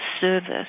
service